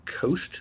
coast